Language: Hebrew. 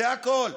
זה הכול.